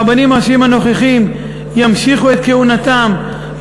הרבנים הראשיים הנוכחיים ימשיכו את כהונתם,